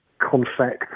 confect